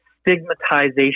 stigmatization